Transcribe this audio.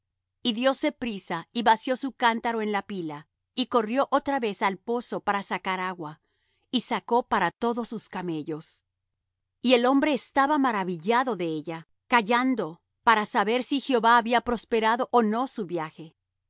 y dióse prisa y vació su cántaro en la pila y corrió otra vez al pozo para sacar agua y sacó para todos sus camellos y el hombre estaba maravillado de ella callando para saber si jehová había prosperado ó no su viaje